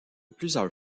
plusieurs